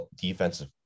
defensive